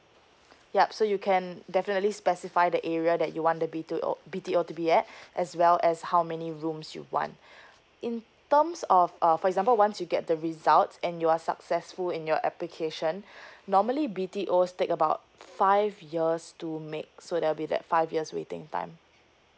yup so you can definitely specify the area that you want the B_T_O B_T_O to be yet as well as how many rooms you want in terms of uh for example once you get the results and you are successful in your application normally B_T_O take about five years to make so there will be that five years waiting time